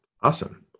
Awesome